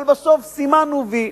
אבל בסוף סימנו "וי".